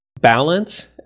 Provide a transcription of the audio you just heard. balance